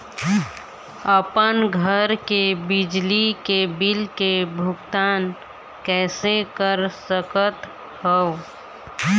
अपन घर के बिजली के बिल के भुगतान कैसे कर सकत हव?